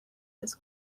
this